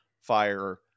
fire